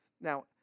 Now